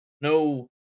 No